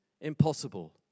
impossible